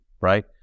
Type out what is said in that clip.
Right